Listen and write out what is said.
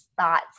thoughts